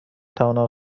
توانم